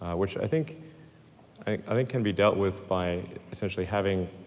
which i think i think can be dealt with by essentially having,